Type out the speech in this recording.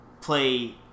play